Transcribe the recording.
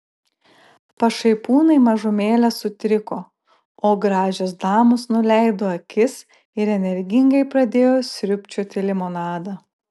pašaipūnai mažumėlę sutriko o gražios damos nuleido akis ir energingai pradėjo sriubčioti limonadą